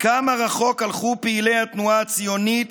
כמה רחוק הלכו פעילי התנועה הציונית